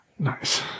Nice